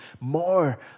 more